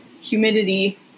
humidity